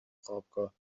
خوابگاه